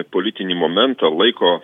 politinį momentą laiko